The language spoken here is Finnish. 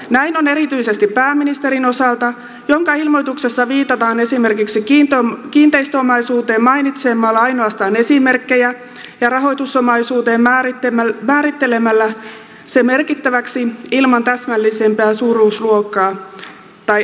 näin on erityisesti pääministerin osalta jonka ilmoituksessa viitataan esimerkiksi kiinteistöomaisuuteen mainitsemalla ainoastaan esimerkkejä ja rahoitusomaisuuteen määrittelemällä se merkittäväksi ilman täsmällisempää suuruusluokkaa tai erittelyä